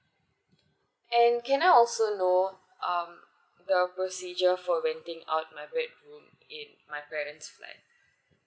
and can I also know um the procedure for renting out for my parent's flat